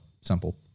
simple